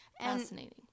Fascinating